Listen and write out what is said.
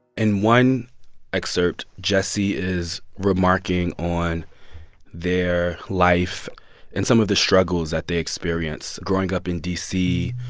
in one excerpt, jesse is remarking on their life and some of the struggles that they experienced growing up in d c,